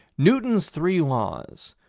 newton's three laws,